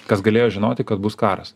kas galėjo žinoti kad bus karas